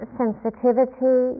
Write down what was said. sensitivity